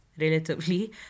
relatively